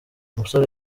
umusore